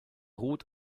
ruht